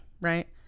right